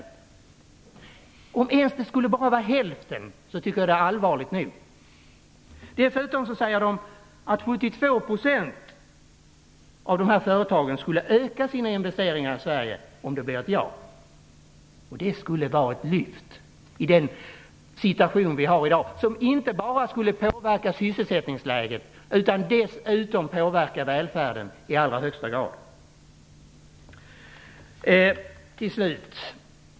Även om det skulle bli bara hälften av detta, tycker jag att det är allvarligt nog. Dessutom redovisas att 72 % av dessa företag skulle öka sina investeringar i Sverige, om det blir ett ja. Det skulle vara ett lyft i den situation som vi har i dag. Det skulle inte bara påverka sysselsättningsläget utan också i allra högsta grad påverka välfärden.